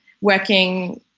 working